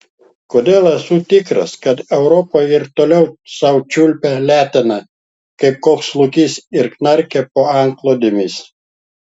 kodėl esu tikras kad europa ir toliau sau čiulpia leteną kaip koks lokys ir knarkia po antklodėmis